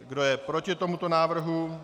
Kdo je proti tomuto návrhu?